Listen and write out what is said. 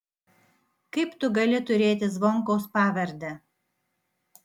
kaip tu gali turėti zvonkaus pavardę